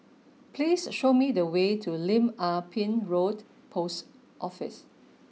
please show me the way to Lim Ah Pin Road Post Office